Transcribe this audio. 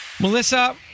Melissa